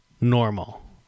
normal